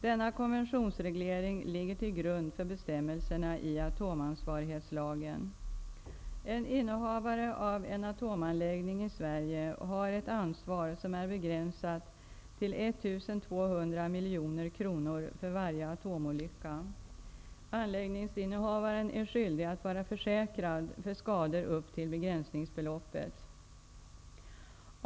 Denna konventionsreglering ligger till grund för bestämmelserna i atomansvarighetslagen. En innehavare av en atomanläggning i Sverige har ett ansvar som är begränsat till 1 200 miljoner kronor för varje atomolycka. Anläggningsinnehavaren är skyldig att vara försäkrad för skador upp till begränsningsbeloppet.